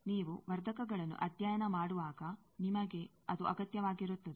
ನೀವು ವರ್ಧಕಗಳನ್ನು ಅಧ್ಯಯನ ಮಾಡುವಾಗ ನಿಮಗೆ ಅದು ಅಗತ್ಯವಾಗಿರುತ್ತದೆ